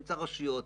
באמצע רשויות,